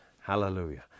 Hallelujah